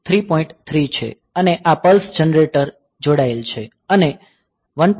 3 છે અને આ પલ્સ જનરેટર જોડાયેલ છે અને 1